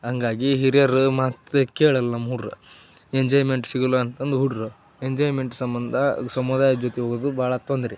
ಹಾಗಾಗಿ ಹಿರಿಯರ ಮಾತೇ ಕೇಳಲ್ಲ ನಮ್ಮ ಹುಡ್ರು ಎಂಜಾಯ್ಮೆಂಟ್ ಸಿಗಲ್ಲ ಅಂತಂದು ಹುಡ್ರು ಎಂಜಾಯ್ಮೆಂಟ್ ಸಂಬಂಧ ಸಮುದಾಯದ ಜೊತೆ ಹೋಗುವುದು ಭಾಳ ತೊಂದ್ರೆ